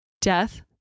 death